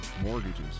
mortgages